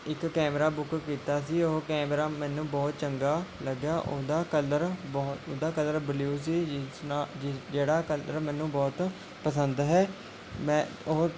ਇੱਕ camera book ਕੀਤਾ ਸੀ ਉਹ ਕੈਮਰਾ ਮੈਨੂੰ ਬਹੁਤ ਚੰਗਾ ਲੱਗਿਆ ਉਹਦਾ ਕਲਰ ਬਹੁ ਉਹਦਾ ਕਲਰ ਬਲਿਊ ਸੀ ਜਿਸ ਨਾਲ ਜਿਹੜਾ ਕਲਰ ਮੈਨੂੰ ਬਹੁਤ ਪਸੰਦ ਹੈ ਮੈਂ ਉਹ